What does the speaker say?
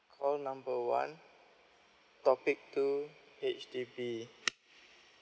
call number one topic two H_D_B